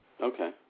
Okay